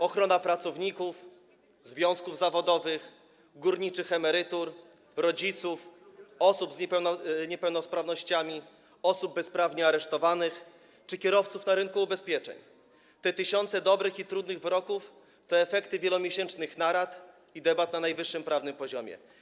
Ochrona pracowników, związków zawodowych, górniczych emerytur, rodziców, osób z niepełnosprawnościami, osób bezprawnie aresztowanych czy kierowców na rynku ubezpieczeń - te tysiące dobrych i trudnych wyroków to efekty wielomiesięcznych narad i debat na najwyższym prawnym poziomie.